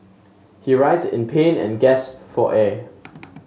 he writhed in pain and gasped for air